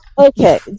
Okay